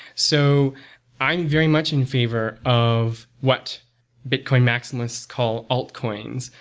so i'm very much in favor of what bitcoin maximalists call altcoins,